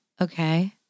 Okay